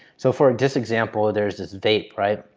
so for this example, there's this vape, right?